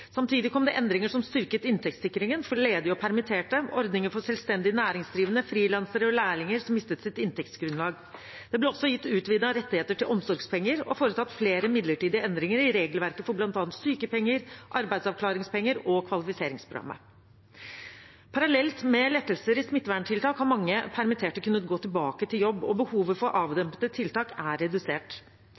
Samtidig kom det endringer som styrket inntektssikringen for ledige og permitterte, og ordninger for selvstendig næringsdrivende, frilansere og lærlinger som mistet sitt inntektsgrunnlag. Det ble også gitt utvidede rettigheter til omsorgspenger og foretatt flere midlertidige endringer i regelverket for bl.a. sykepenger, arbeidsavklaringspenger og kvalifiseringsprogrammet. Parallelt med lettelser i smitteverntiltak har mange permitterte kunnet gå tilbake til jobb, og behovet for avdempende tiltak er redusert.